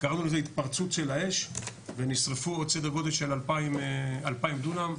קראנו לזה התפרצות של האש ונשרפו עוד סדר גודל של 2,500 דונם.